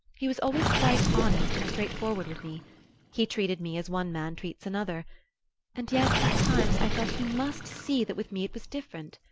he was always quite honest and straightforward with me he treated me as one man treats another and yet at times i felt he must see that with me it was different.